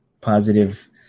positive